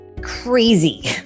crazy